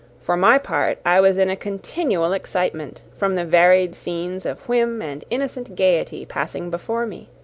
for my part, i was in a continual excitement, from the varied scenes of whim and innocent gaiety passing before me.